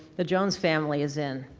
the jones family is in.